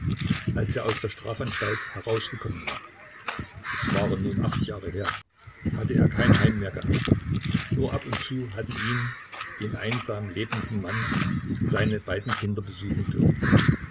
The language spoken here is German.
als er aus der strafanstalt herausgekommen war es waren nun acht jahre her hatte er kein heim mehr gehabt nur ab und zu hatten ihn den einsam lebenden mann seine beiden kinder besuchen dürfen